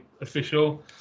Official